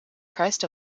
christ